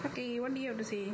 okay it won't be of the same